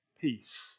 peace